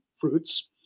fruits